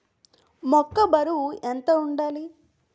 మొక్కొ బరువు ఎంత వుండాలి?